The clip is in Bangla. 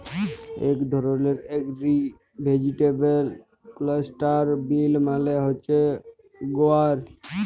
ইক ধরলের গ্রিল ভেজিটেবল ক্লাস্টার বিল মালে হছে গুয়ার